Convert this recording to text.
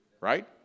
right